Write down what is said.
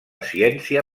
ciència